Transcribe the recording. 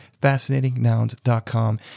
FascinatingNouns.com